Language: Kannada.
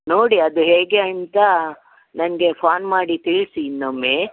ನೋಡಿ ಅದು ಹೇಗೆ ಅಂತ ನನಗೆ ಫೋನ್ ಮಾಡಿ ತಿಳಿಸಿ ಇನ್ನೊಮ್ಮೆ